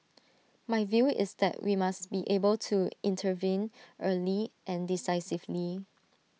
my view is that we must be able to intervene early and decisively